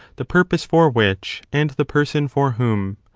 the purpose for which and the person for whom.